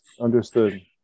understood